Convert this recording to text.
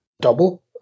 double